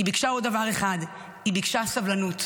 היא ביקשה עוד דבר אחד, היא ביקשה סבלנות,